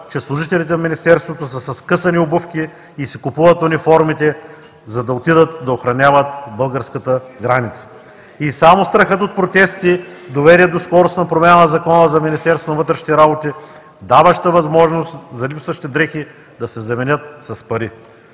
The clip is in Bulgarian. че служителите на Министерството са със скъсани обувки и си купуват униформите, за да отидат да охраняват българската граница. Само страхът от протести доведе до скоростна промяна на Закона за Министерството на вътрешните работи, даваща възможност за липсващи дрехи, да се заменят с пари.